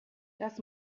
das